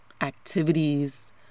activities